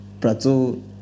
Prato